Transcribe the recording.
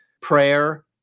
prayer